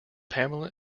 pamela